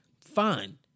fine